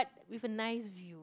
with a nice view